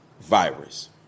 virus